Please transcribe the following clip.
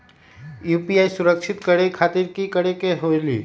UPI सुरक्षित करे खातिर कि करे के होलि?